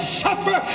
suffer